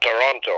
Toronto